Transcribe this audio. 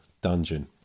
dungeon